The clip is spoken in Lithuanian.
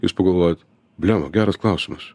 jūs pagalvojot bliamba geras klausimas